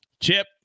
chip